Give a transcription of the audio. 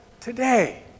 today